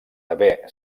haver